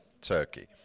Turkey